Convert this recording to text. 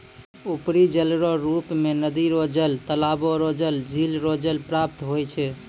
उपरी जलरो रुप मे नदी रो जल, तालाबो रो जल, झिल रो जल प्राप्त होय छै